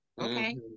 Okay